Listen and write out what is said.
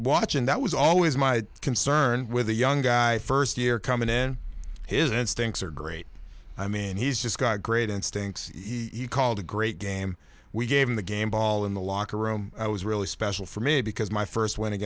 watching that was always my concern with the young guy first year coming in his instincts are great i mean he's just got great instincts he called a great game we gave him the game ball in the locker room i was really special for me because my first